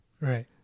right